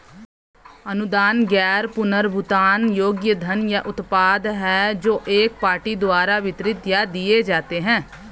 अनुदान गैर पुनर्भुगतान योग्य धन या उत्पाद हैं जो एक पार्टी द्वारा वितरित या दिए जाते हैं